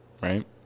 Right